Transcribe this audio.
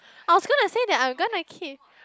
I was gonna say that I will gonna keep